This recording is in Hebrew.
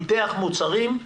פיתח מוצרים,